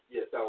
Yes